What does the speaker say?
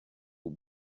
aux